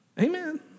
Amen